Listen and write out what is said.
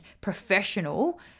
professional